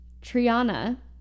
triana